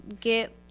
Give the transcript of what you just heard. Get